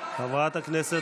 מה את עושה